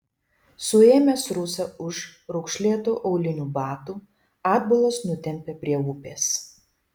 suėmęs rusą už raukšlėtų aulinių batų atbulas nutempė prie upės